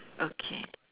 okay